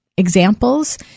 examples